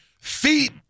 feet